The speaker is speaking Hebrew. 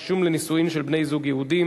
2) (רישום לנישואין של בני-זוג יהודים),